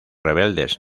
rebeldes